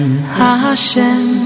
Hashem